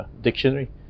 dictionary